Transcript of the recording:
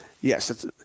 Yes